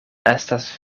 estas